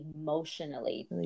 emotionally